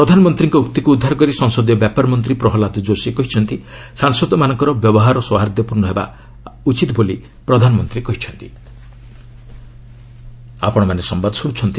ପ୍ରଧାନମନ୍ତ୍ରୀଙ୍କ ଉକ୍ତିକୁ ଉଦ୍ଧାର କରି ସଂସଦୀୟ ବ୍ୟାପାର ମନ୍ତ୍ରୀ ପ୍ରହ୍ଲାଦ ଯୋଶୀ କହିଛନ୍ତି ସାଂସଦମାନଙ୍କର ବ୍ୟବହାର ସୌହାର୍ଦ୍ଦ୍ୟପୂର୍ଣ୍ଣ ହେବା ଉଚିତ ବୋଲି ପ୍ରଧାନମନ୍ତ୍ରୀ କହିଚ୍ଛନ୍ତି